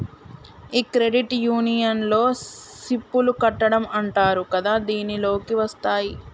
ఈ క్రెడిట్ యూనియన్లో సిప్ లు కట్టడం అంటారు కదా దీనిలోకి వత్తాయి